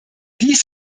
dies